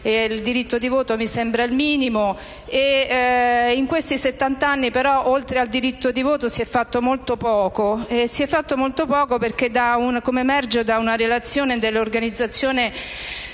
Il diritto di voto mi sembra il minimo. In questi settant'anni, però, oltre al diritto di voto si è fatto molto poco perché, come emerge da una relazione dell'organizzazione